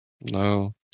No